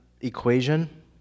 equation